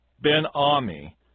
Ben-Ami